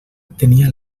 tenia